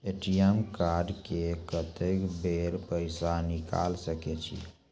ATM card से कत्तेक बेर पैसा निकाल सके छी?